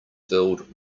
filled